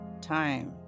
time